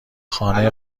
خانه